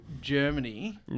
Germany